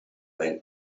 ran